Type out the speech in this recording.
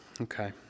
okay